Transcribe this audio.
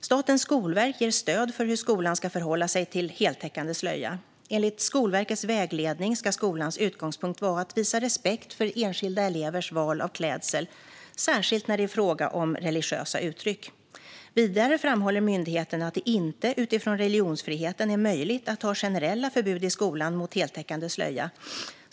Statens skolverk ger stöd för hur skolan ska förhålla sig till heltäckande slöja. Enligt Skolverkets vägledning ska skolans utgångspunkt vara att visa respekt för enskilda elevers val av klädsel, särskilt när det är fråga om religiösa uttryck. Vidare framhåller myndigheten att det inte utifrån religionsfriheten är möjligt att ha generella förbud i skolan mot heltäckande slöja.